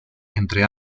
entre